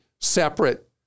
separate